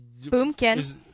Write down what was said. Boomkin